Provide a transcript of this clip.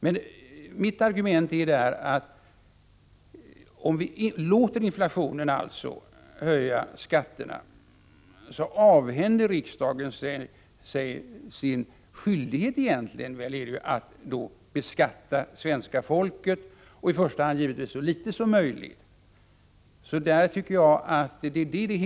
Jag anser där att riksdagen avhänder sig sin skyldighet att beskatta svenska folket — och att i första hand beskatta det så litet som möjligt — om vi låter inflationen höja skatterna.